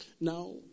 Now